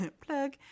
plug